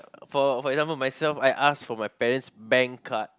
for for example myself I ask for my parent's bank card